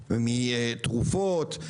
תרופות,